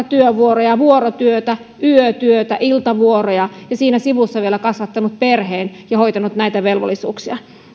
työvuoroja vuorotyötä yötyötä iltavuoroja ja siinä sivussa vielä kasvattanut perheen ja hoitanut näitä velvollisuuksiaan